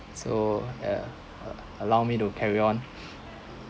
so yeah uh allow me to carry on